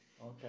Okay